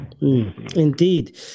Indeed